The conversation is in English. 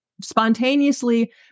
spontaneously